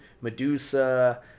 Medusa